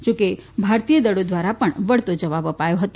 જો કે ભારતીય દળો ધ્વારા પણ વળતો જવાબ અપાયો હતો